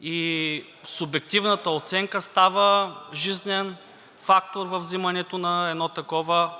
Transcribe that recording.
и субективната оценка става жизнен фактор във взимането на едно такова